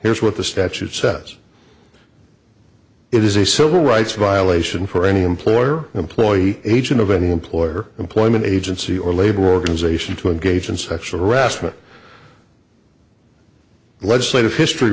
here's what the statute says it is a civil rights violation for any employer employee agent of any employer employment agency or labor organization to engage in sexual harassment legislative history